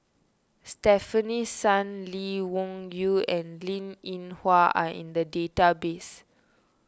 Stefanie Sun Lee Wung Yew and Linn in Hua are in the database